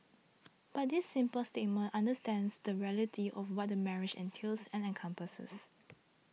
but this simple statement understates the reality of what a marriage entails and encompasses